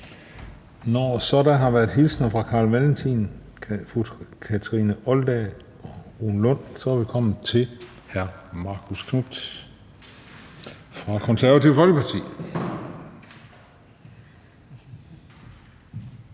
Når der nu har været hilsner fra Carl Valentin, Kathrine Olldag og Rune Lund, er vi kommet til Marcus Knuth fra Det Konservative Folkeparti.